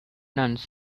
nuns